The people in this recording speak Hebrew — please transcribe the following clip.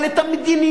אבל את המדיניות,